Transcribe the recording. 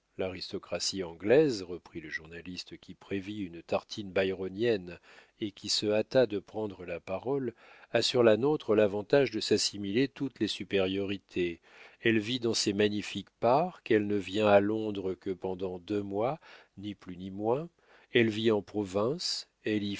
l'aristocratie anglaise reprit le journaliste qui prévit une tartine byronienne et qui se hâta de prendre la parole a sur la nôtre l'avantage de s'assimiler toutes les supériorités elle vit dans ses magnifiques parcs elle ne vient à londres que pendant deux mois ni plus ni moins elle vit en province